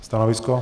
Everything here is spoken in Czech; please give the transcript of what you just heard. Stanovisko?